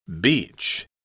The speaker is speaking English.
beach